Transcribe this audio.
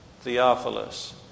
Theophilus